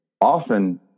often